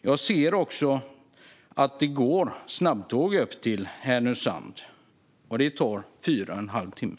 Jag ser att det också går snabbtåg upp till Härnösand, och det tar fyra och en halv timme.